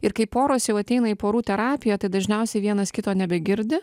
ir kai poros jau ateina į porų terapiją tai dažniausiai vienas kito nebegirdi